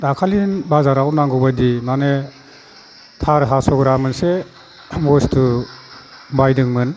दाखालि बाजाराव नांगौ बायदि माने थार हास'ग्रा मोनसे बुस्थु बायदोंमोन